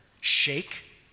shake